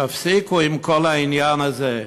תפסיקו עם כל העניין הזה.